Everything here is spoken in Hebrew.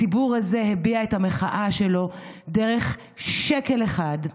הציבור הזה הביע את המחאה שלו דרך שקל אחד.